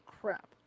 crap